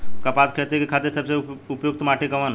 कपास क खेती के खातिर सबसे उपयुक्त माटी कवन ह?